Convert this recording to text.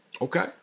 Okay